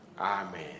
Amen